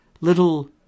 little